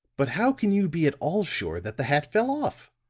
but how can you be at all sure that the hat fell off?